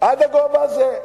עד הגובה הזה.